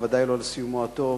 ובוודאי לא לסיומו הטוב.